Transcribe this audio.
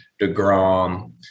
Degrom